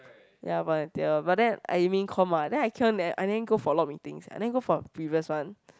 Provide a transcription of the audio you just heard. ya volunteer but then I main comm ah then I keep on ne~ I didn't go for a lot of meetings I didn't go for the previous one